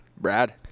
Brad